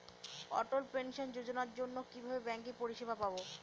অটল pension যোজনার জন্য কিভাবে ব্যাঙ্কে পরিষেবা পাবো?